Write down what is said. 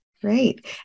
Great